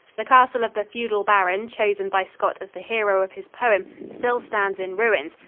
the castle of the feudal baron chosen by scott as the hero of his poem still stands in ruins,